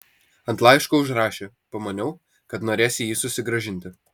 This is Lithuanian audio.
ant laiško užrašė pamaniau kad norėsi jį susigrąžinti